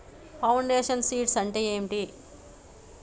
Foundation seeds అంటే ఏంటి?